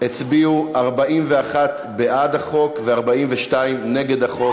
הצביעו 41 בעד החוק ו-42 נגד החוק.